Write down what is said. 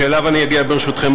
ואליו אני אגיע בסוף,